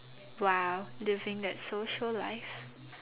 !wow! living that social life